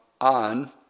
on